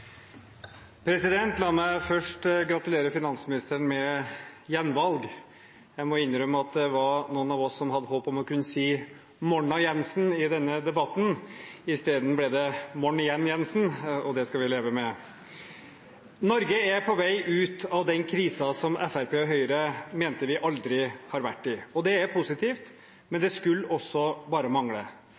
gulvet. La meg først gratulere finansministeren med gjenvalg. Jeg må innrømme at det var noen av oss som hadde håp om å kunne si «Morna, Jensen» i denne debatten. Isteden ble det «Morn igjen, Jensen», og det skal vi leve med. Norge er på vei ut av den krisen som Fremskrittspartiet og Høyre mente vi aldri har vært i, og det er positivt. Men det skulle også bare mangle.